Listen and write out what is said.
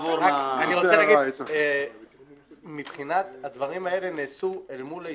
הדברים האלה נעשו מול ההסתדרות.